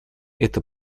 это